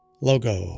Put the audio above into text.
logo